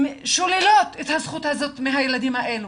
שוללות את הזכות הזאת מהילדים האלה.